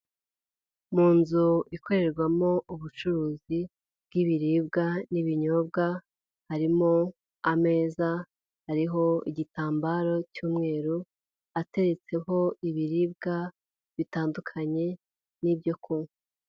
Mu nzu ikorerwamo ubucuruzi bw'biribwa n'ibinyobwa, harimo ameza, hariho igitambaro cy'umweru, ateretseho ibiribwa bitandukanye n'ibyo kunywa.